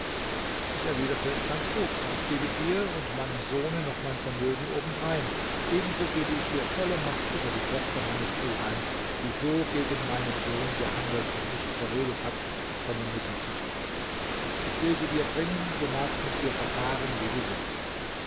ich erwiderte ganz gut ich gebe dir und meinem sohne noch mein vermögen obendrein ebenso gebe ich dir volle macht über die tochter meines oheims die so gegen meinen sohn gehandelt und mich überredet hat seine mutter zu schlachten ich will sie dir bringen du magst mit ihr verfahren wie du willst